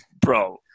bro